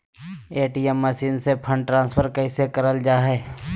ATM machine से fund transfer कैसे करल जा है?